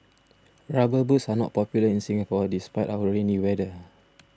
rubber boots are not popular in Singapore despite our rainy weather